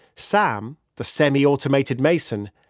sam, the semi-automated mason,